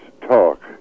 talk